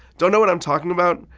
don't know what i'm talking about?